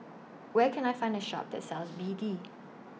Where Can I Find A Shop that sells B D